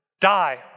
die